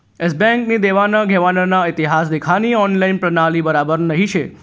S Bank नी देवान घेवानना इतिहास देखानी ऑनलाईन प्रणाली बराबर नही शे